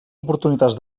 oportunitats